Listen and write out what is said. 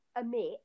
emit